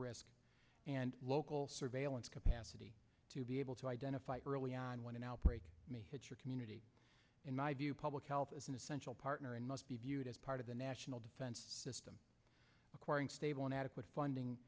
risk and local surveillance capacity to be able to identify early on when an outbreak may hit your community in my view public health is an essential partner and must be viewed as part of the national defense system acquiring stable and adequate funding